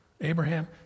Abraham